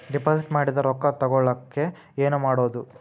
Deposit ಮಾಡಿದ ರೊಕ್ಕ ತಗೋಳಕ್ಕೆ ಏನು ಮಾಡೋದು?